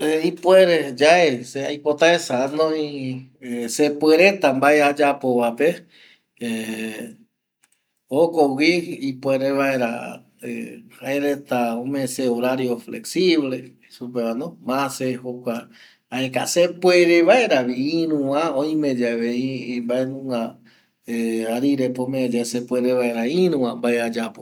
Ipuere yae se aipotaesa anoi sepeureta mbae ayapo vape jokogui ipuere vaera jaereta ome se horario flexible jeisupevano ma se jokua aeka sepuere vaeravi iruva oimeyave mbaenunga arirepe sepuere vaere iruva mbae ayapo